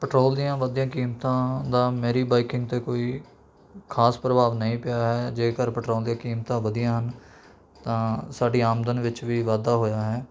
petrol ਦੀਆਂ ਵੱਧਦੀਆਂ ਕੀਮਤਾਂ ਦਾ ਮੇਰੀ ਬਾਇਕਿੰਗ 'ਤੇ ਕੋਈ ਖਾਸ ਪ੍ਰਭਾਵ ਨਹੀਂ ਪਿਆ ਹੈ ਜੇਕਰ ਪੈਟਰੋਲ ਦੀਆਂ ਕੀਮਤਾਂ ਵਧੀਆ ਹਨ ਤਾਂ ਸਾਡੀ ਆਮਦਨ ਵਿੱਚ ਵੀ ਵਾਧਾ ਹੋਇਆ ਹੈ